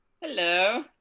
Hello